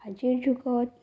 আজিৰ যুগত